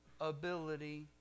ability